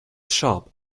sharp